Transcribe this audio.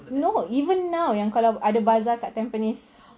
no even now yang kalau ada bazaar dekat tampines